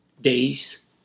days